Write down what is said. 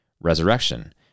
resurrection